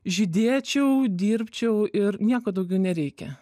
žydėčiau dirbčiau ir nieko daugiau nereikia